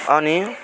अनि